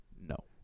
No